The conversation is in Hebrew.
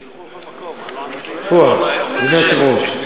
שילכו לכל מקום, פואד, אדוני היושב-ראש.